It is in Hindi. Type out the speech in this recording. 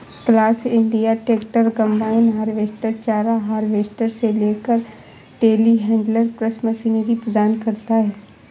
class India tractor, combine harvester, चारा हार्वेस्टर से लेकर टेलीहैंडलर कृषि मशीनरी प्रदान करता है